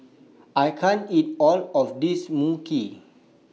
I can't eat All of This Mui Kee